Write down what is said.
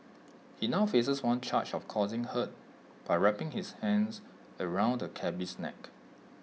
he now faces one charge of causing hurt by wrapping his hands around the cabby's neck